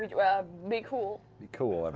yeah be cool. be cool. and